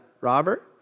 Robert